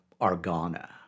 Argana